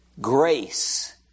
grace